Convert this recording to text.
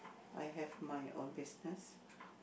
I have my own business